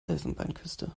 elfenbeinküste